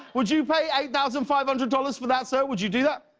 would you pay eight thousand five hundred dollars for that, sir, would you do that?